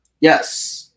Yes